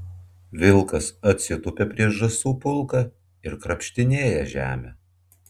vilkas atsitupia prieš žąsų pulką ir krapštinėja žemę